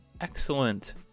excellent